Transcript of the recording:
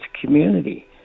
community